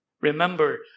remember